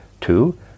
Two